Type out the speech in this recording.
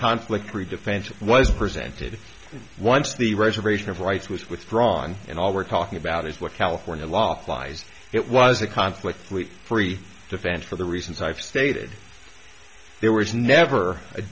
conflict free defense was presented once the reservation of rights was withdrawn and all we're talking about is what california law flies it was a conflict free defense for the reasons i've stated there was never a